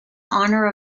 honor